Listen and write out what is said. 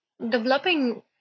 developing